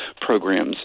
programs